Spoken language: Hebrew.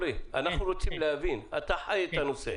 אנחנו רוצים להבין, אתה חי את הנושא,